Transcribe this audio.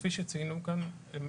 כפי שציינו כאן,